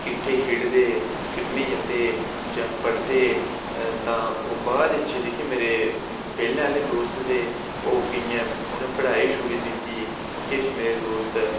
किट्ठे खेढदे हे खिड्ढने ई जंदे जां पढ़दे हे तां ओह् बाद च जेह्के मेरे पैह्लें आह्ले दोस्त हे ओह् केइयें उ'नें पढ़ाई छोड़ी दित्ती किश मेरे दोस्त